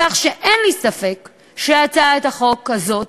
כך שאין לי ספק שהצעת החוק הזאת